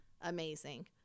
amazing